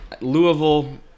Louisville